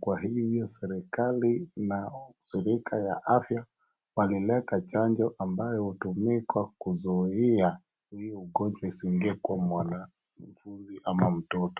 kwa hizo serikali imeleta chanjo ambayo huzuia ugonjwa kuingia kwa mwili.